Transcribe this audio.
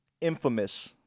infamous